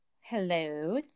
hello